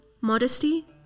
modesty